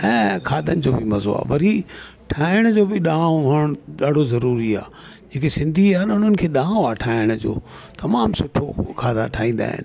ऐं खाधन जो बि मज़ो आहे वरी ठाहिण जो बि ॾांओ हुअण ॾाढो ज़रूरी आहे जेके सिंधी आहे न उन्हनि खे ॾांओ आहे ठाहिण जो तमामु सुठा खाधा ठाहींदा आहिनि